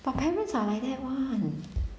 but parents are like that [one]